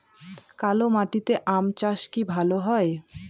কালো মাটিতে আম চাষ কি ভালো হয়?